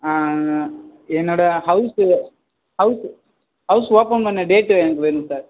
என்னோடய house house house open பண்ண date எனக்கு வேணும் சார்